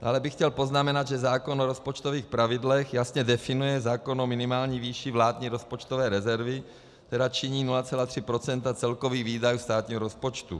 Dále bych chtěl poznamenat, že zákon o rozpočtových pravidlech jasně definuje zákon o minimální výši vládní rozpočtové rezervy, která činí 0,3 % celkových výdajů státního rozpočtu.